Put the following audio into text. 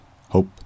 hope